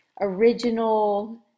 original